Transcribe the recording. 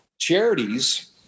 Charities